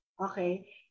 okay